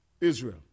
Israel